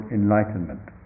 enlightenment